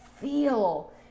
feel